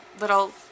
little